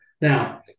Now